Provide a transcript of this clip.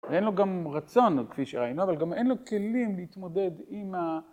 אין לו גם רצון, כפי שראינו, אבל גם אין לו כלים להתמודד עם ה...